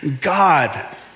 God